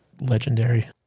legendary